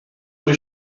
rue